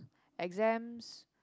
exams